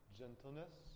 gentleness